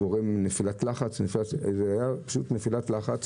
שלא תהיה נפילת לחץ.